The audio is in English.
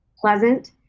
pleasant